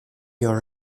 your